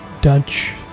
Dutch